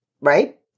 right